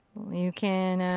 you can,